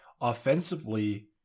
Offensively